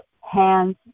hands